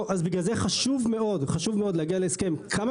אז בגלל זה חשוב מאוד להגיע להסכם כמה